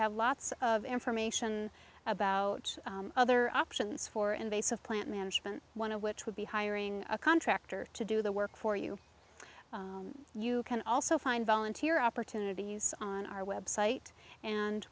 have lots of information about other options for invasive plant management one of which would be hiring a contractor to do the work for you you can also find volunteer opportunities on our web site and